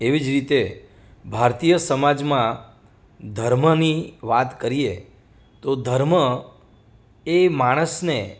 એવી જ રીતે ભારતીય સમાજમાં ધર્મની વાત કરીએ તો ધર્મ એ માણસને